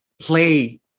play